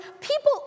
people